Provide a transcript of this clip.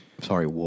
Sorry